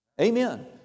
Amen